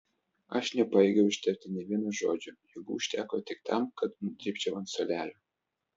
aš nepajėgiau ištarti nė vieno žodžio jėgų užteko tik tam kad nudribčiau ant suolelio